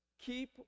keep